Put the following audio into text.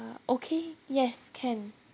~(uh) okay yes can